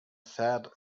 sad